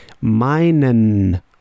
meinen